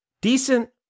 decent